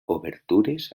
obertures